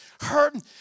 hurting